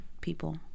people